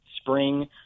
spring